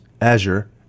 Azure